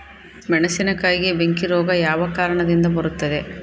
ಮೆಣಸಿನಕಾಯಿಗೆ ಬೆಂಕಿ ರೋಗ ಯಾವ ಕಾರಣದಿಂದ ಬರುತ್ತದೆ?